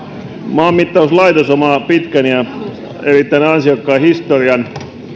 maanmittauslaitos omaa pitkän ja erittäin ansiokkaan historian